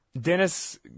Dennis